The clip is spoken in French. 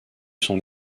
son